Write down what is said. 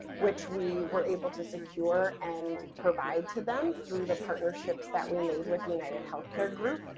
which we were able to secure and provide to them through the partnerships that we made with united healthcare group,